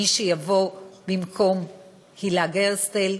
של מי שיבוא במקום הילה גרסטל,